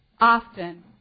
often